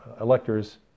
electors